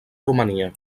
romania